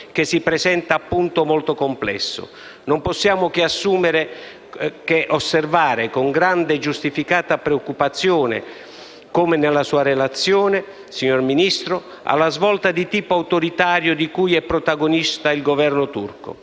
che si presenta, per l'appunto, molto complesso. Non possiamo che osservare, con grande e giustificata preoccupazione, come fa nella sua relazione, signor Ministro, la svolta di tipo autoritario di cui è protagonista il Governo turco.